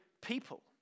people